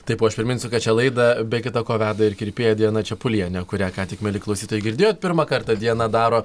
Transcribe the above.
taip o aš priminsiu kad šią laidą be kita ko veda ir kirpėja diana čepulienė kurią ką tik mieli klausytojai girdėjot pirmą kartą diana daro